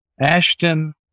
Ashton